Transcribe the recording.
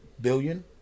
billion